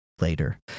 later